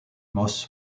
moss